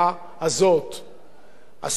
אסור לכנסת ישראל להתעלם מכך,